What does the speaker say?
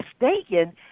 mistaken